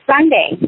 Sunday